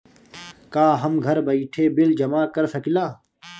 का हम घर बइठे बिल जमा कर शकिला?